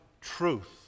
truth